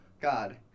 God